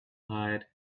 hide